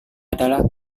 adalah